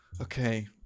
Okay